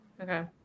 Okay